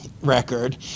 record